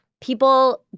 people